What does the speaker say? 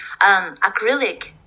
Acrylic